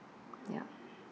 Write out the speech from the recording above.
ya